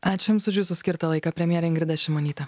ačiū jums už jūsų skirtą laiką premjerė ingrida šimonytė